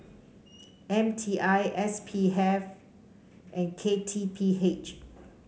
M T I S P F and K T P H